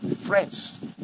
Friends